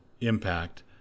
impact